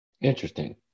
Interesting